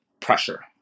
pressure